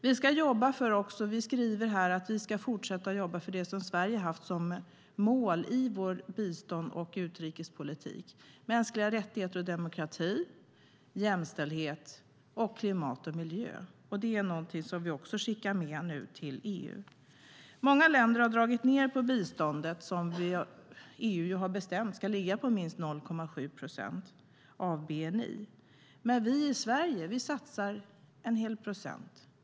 Vi skriver i utlåtandet att vi ska fortsätta att jobba för det som Sverige har haft som mål i vår bistånds och utrikespolitik, nämligen mänskliga rättigheter och demokrati, jämställdhet samt klimat och miljö. Det skickar vi nu med till EU. Många länder har dragit ned biståndet, som EU har bestämt ska ligga på minst 0,7 procent av bni. Men Sverige satsar en hel procent.